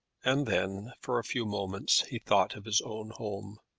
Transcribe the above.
and then for a few moments he thought of his own home.